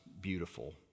beautiful